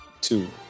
two